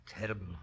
terrible